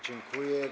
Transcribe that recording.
Dziękuję.